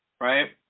right